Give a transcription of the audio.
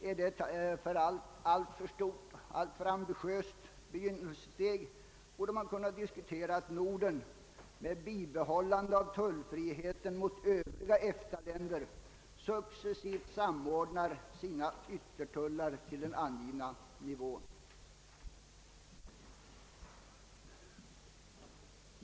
är detta ett alltför stort och alltför ambitiöst begynnelsesteg borde man kunna diskutera att Norden med bibehållande av tullfriheten mot övriga EFTA-länder successivt samordnar Ssina yttertullar till den angivna nivån.